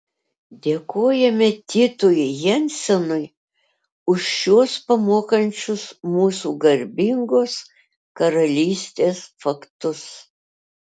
dėkojame titui jensenui už šiuos pamokančius mūsų garbingos karalystės faktus